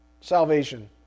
salvation